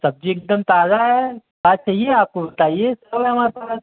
सब्जी एकदम ताज़ा है क्या चाहिए आप को बताइए सब है हमारे पास